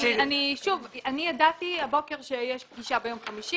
שוב, אני ידעתי הבוקר שיש פגישה ביום חמישי